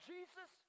Jesus